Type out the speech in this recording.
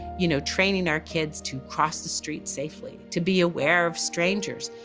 you know, training our kids to cross the street safely, to be aware of strangers.